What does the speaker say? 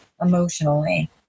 emotionally